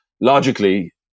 logically